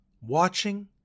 watching